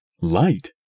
Light